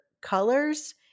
colors